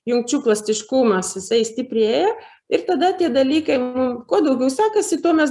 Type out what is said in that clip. jungčių plastiškumas jisai stiprėja ir tada tie dalykai mum kuo daugiau sekasi tuo mes